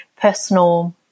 personal